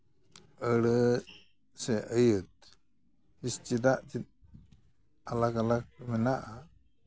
ᱟᱹᱲᱟᱹ ᱥᱮ ᱟᱹᱭᱟᱹᱛ ᱪᱮᱫᱟᱜ ᱟᱞᱟᱜ ᱟᱞᱟᱜ ᱢᱮᱱᱟᱜᱼᱟ